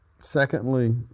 Secondly